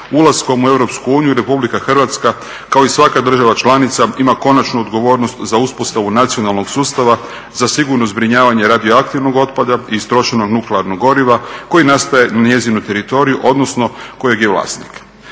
Ulaskom u EU Republika Hrvatska kao i svaka država članica ima konačnu odgovornost za uspostavu nacionalnog sustava za sigurno zbrinjavanje radioaktivnog otpada i istrošenog nuklearnog goriva koji nastaje na njezinu teritoriju, odnosno kojeg je vlasnik.